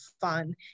fun